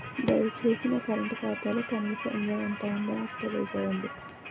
దయచేసి నా కరెంట్ ఖాతాలో కనీస నిల్వ ఎంత ఉందో నాకు తెలియజేయండి